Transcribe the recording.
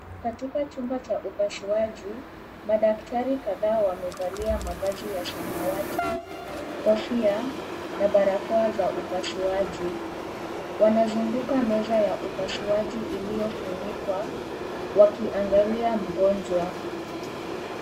Katika chumba cha upasuaji, madaktari kadhaa wamevalia mavazi ya samawati, kofia na barakoa za upasuaji. Wanazunguka meza ya upasuaji Iliyofunikwa wakiangalia mgonjwa.